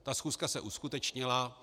Ta schůzka se uskutečnila.